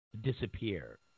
disappear